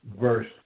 verse